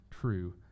true